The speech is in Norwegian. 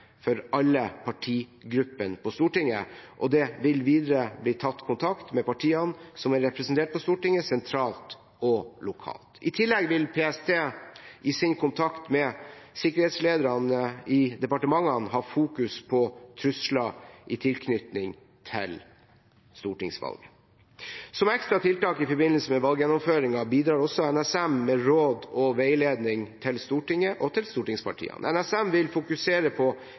for alle partigruppene på Stortinget, og det vil videre bli tatt kontakt med partiene som er representert på Stortinget, sentralt og lokalt. I tillegg vil PST i sin kontakt med sikkerhetslederne i departementene fokusere på trusler i tilknytning til stortingsvalg. Som ekstratiltak i forbindelse med valggjennomføringen bidrar også NSM med råd og veiledning til Stortinget og til stortingspartiene. NSM vil fokusere på